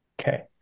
Okay